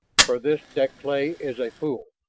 for this deklay is a fool,